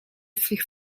swych